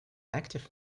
active